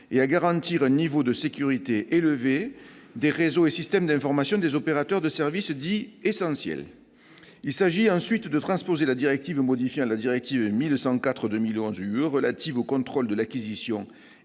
et à garantir un niveau de sécurité élevé des réseaux et systèmes d'information des opérateurs de services dits essentiels. Il s'agit ensuite de transposer la directive modifiant la directive relative au contrôle de l'acquisition